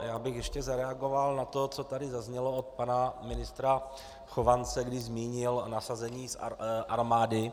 Já bych ještě zareagoval na to, co tady zaznělo od pana ministra Chovance, když zmínil nasazení armády.